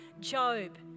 Job